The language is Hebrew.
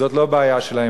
זאת לא בעיה שלהם.